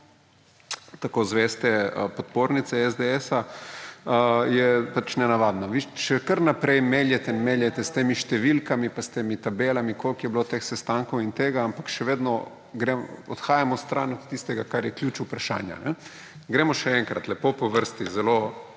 tako zveste podpornice SDS, je pač nenavadno. Vi še kar naprej meljete in meljete s temi številkami pa temi tabelami, koliko je bilo teh sestankov in tega, ampak še vedno odhajamo stran od tistega, kar je ključ vprašanja. Gremo še enkrat lepo po vrsti, zelo